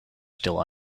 still